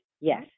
Yes